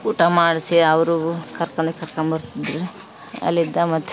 ಊಟ ಮಾಡಿಸಿ ಅವ್ರಿಗು ಕರ್ಕನ್ ಹೋಯ್ ಕರ್ಕಂಬರ್ತಿದ್ರು ಅಲ್ಲಿದ್ದ ಮತ್ತು